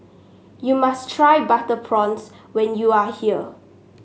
you must try Butter Prawns when you are here